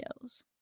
shows